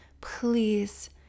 Please